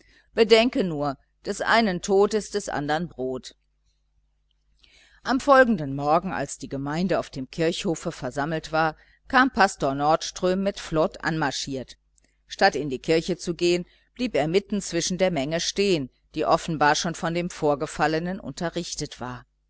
bedenke nur des einen tod ist des andern brot am folgenden morgen als die gemeinde auf dem kirchhofe versammelt war kam pastor nordström mit flod anmarschiert statt in die kirche zu gehen blieb er mitten zwischen der menge stehen die offenbar schon von dem vorgefallenen unterrichtet war